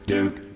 Duke